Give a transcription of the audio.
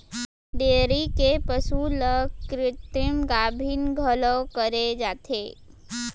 dairy के पसु ल कृत्रिम गाभिन घलौ करे जाथे